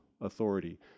authority